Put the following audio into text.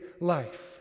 life